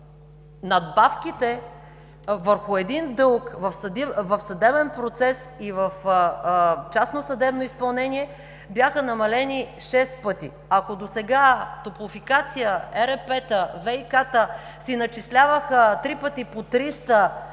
надбавките върху един дълг в съдебен процес и в частно съдебно изпълнение бяха намалени шест пъти. Ако досега „Топлофикация“, ЕРП-та, ВиК-та си начисляваха 3 пъти по 300 за